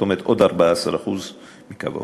כלומר עוד 14% מקו העוני.